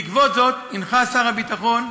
בעקבות זאת הנחה שר הביטחון,